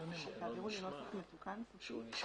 אנחנו מודים לוועדה, ליושב-ראש הוועדה.